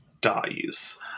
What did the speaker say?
dies